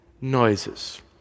noises